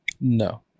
No